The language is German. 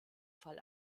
fall